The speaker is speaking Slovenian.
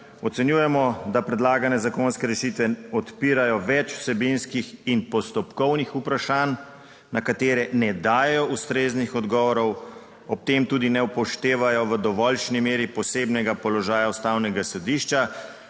"Ocenjujemo, da predlagane zakonske rešitve odpirajo več vsebinskih in postopkovnih vprašanj, na katere ne dajejo ustreznih odgovorov, ob tem tudi ne upoštevajo v dovoljšnji meri posebnega položaja Ustavnega sodišča,